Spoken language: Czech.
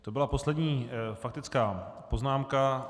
To byla poslední faktická poznámka.